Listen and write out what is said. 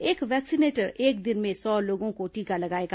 एक वैक्सीनेटर एक दिन में सौ लोगों को टीका लगाएगा